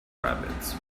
rabbits